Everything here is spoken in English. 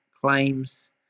claims